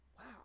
Wow